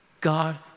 God